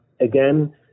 again